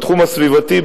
בתחום הסביבתי,